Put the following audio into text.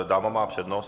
Dáma má přednost.